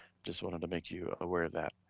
just wanted to make you aware of that.